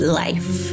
life